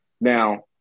Now